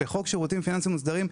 בחוק שירותים פיננסיים מוסדרים,